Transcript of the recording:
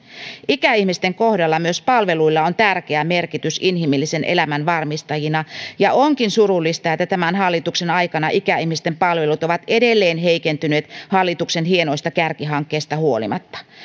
ikäihmisten kohdalla myös palveluilla on tärkeä merkitys inhimillisen elämän varmistajina ja onkin surullista että tämän hallituksen aikana ikäihmisten palvelut ovat edelleen heikentyneet hallituksen hienoista kärkihankkeista huolimatta